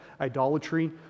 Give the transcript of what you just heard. Idolatry